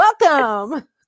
Welcome